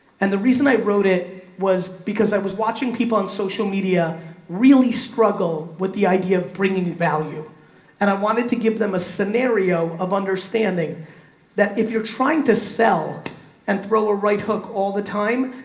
and the reason i wrote it was because i was watching people on social media really struggle with the idea of bringing value and i wanted to give them a scenario of understanding that if you're trying to sell and throw a right hook all the time,